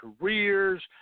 careers